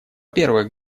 первых